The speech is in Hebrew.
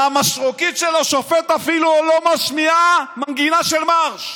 והמשרוקית של השופט אפילו לא משמיעה מנגינה של מארש.